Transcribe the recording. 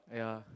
ya